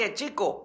chico